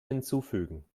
hinzufügen